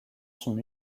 son